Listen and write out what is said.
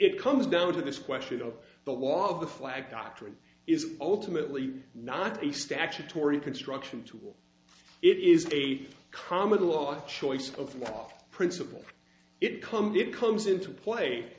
it comes down to this question of the law of the flag doctrine is ultimately not a statutory construction tool it is a common law of choice of what off principle it comes it comes into play